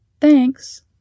Thanks